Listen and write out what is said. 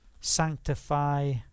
sanctify